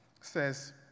says